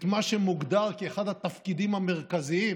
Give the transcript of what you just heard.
מה שמוגדר כאחד התפקידים המרכזיים